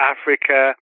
Africa